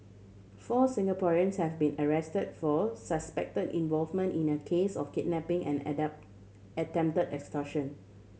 four Singaporeans have been arrest for suspect involvement in a case of kidnapping and attempted extortion